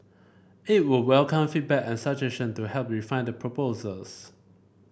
it would welcome feedback and suggestion to help refine the proposals